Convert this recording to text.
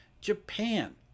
Japan